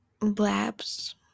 Blabs